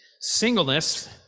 Singleness